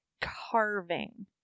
carving